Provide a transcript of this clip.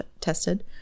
tested